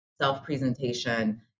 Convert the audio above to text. self-presentation